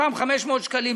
את אותם 500 שקלים,